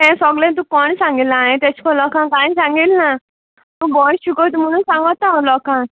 हें सोगलें तूंका कोण सांगिल्लां हांयें तेश कोन लोकांक कांय सांगिल् ना तूं बोरें शिकोयता म्हूण सांगात हांव लोकांक